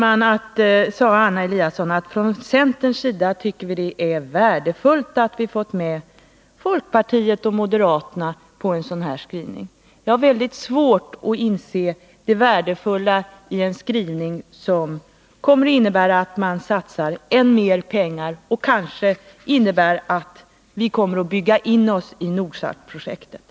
Anna Eliasson sade att centern tycker att det är värdefullt att man fått med folkpartisterna och moderaterna på en sådan här skrivning. Jag har väldigt Nr 48 svårt att inse det värdefulla i en skrivning som innebär att man satsar ännu mera pengar på och kanske bygger in oss i Nordsatprojektet.